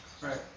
Right